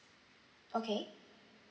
okay